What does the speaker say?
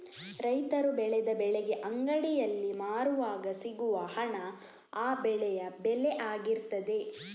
ರೈತರು ಬೆಳೆದ ಬೆಳೆಗೆ ಅಂಗಡಿಯಲ್ಲಿ ಮಾರುವಾಗ ಸಿಗುವ ಹಣ ಆ ಬೆಳೆಯ ಬೆಲೆ ಆಗಿರ್ತದೆ